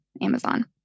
Amazon